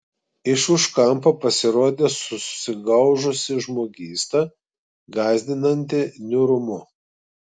iš už kampo pasirodė susigaužusi žmogysta gąsdinanti niūrumu